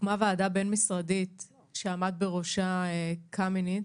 הוקמה ועדה בין-משרדית שעמד בראשה קמיניץ.